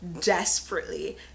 desperately